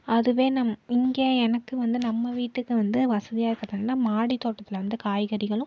அதுவே நம் இங்கே எனக்கு வந்து நம்ம வீட்டுக்கு வந்து வசதியாக இருக்கதால் மாடி தோட்டத்தில் வந்து காய்கறிகளும்